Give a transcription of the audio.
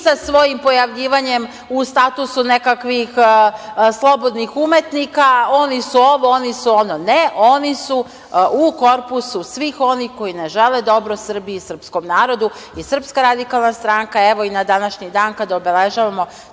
i sa svojim pojavljivanjem u statusu nekakvih slobodnih umetnika, oni su ovo, oni su ono. Ne, oni su u korpusu svih onih koji ne žele dobro Srbiji i srpskom narodu i SRS, evo, i na današnji dan, kada obeležavamo